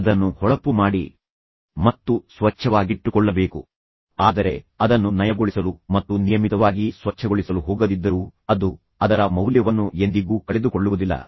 ನೀವು ಅದನ್ನು ಹೊಳಪು ಮಾಡಿ ಮತ್ತು ಸ್ವಚ್ಛವಾಗಿಟ್ಟುಕೊಳ್ಳಬೇಕು ಇದರಿಂದಾಗಿ ಅದು ಚೆನ್ನಾಗಿ ಕಾಣುತ್ತದೆ ಆದರೆ ಅದನ್ನು ನಯಗೊಳಿಸಲು ಮತ್ತು ನಿಯಮಿತವಾಗಿ ಸ್ವಚ್ಛಗೊಳಿಸಲು ಹೋಗದಿದ್ದರೂ ಅದು ಅದರ ಮೌಲ್ಯವನ್ನು ಎಂದಿಗೂ ಕಳೆದುಕೊಳ್ಳುವುದಿಲ್ಲ